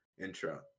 intro